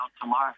tomorrow